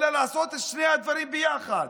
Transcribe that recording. אלא לעשות את שני הדברים ביחד,